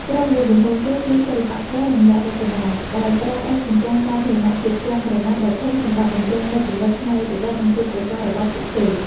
ក្រុមមនុស្សដំបូងគេគឺ សិល្បករ និងអ្នករចនា ដែលប្រើប្រាស់ជញ្ជាំងសាធារណៈជាផ្ទាំងក្រណាត់ដ៏ធំសម្រាប់បញ្ចេញនូវគំនិតច្នៃប្រឌិត និងទេពកោសល្យរបស់ពួកគេ។